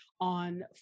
on